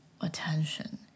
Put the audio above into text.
attention